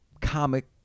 comic